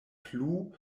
plu